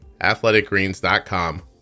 athleticgreens.com